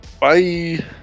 Bye